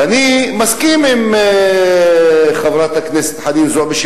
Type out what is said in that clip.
ואני מסכים עם חברת הכנסת חנין זועבי,